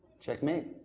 Checkmate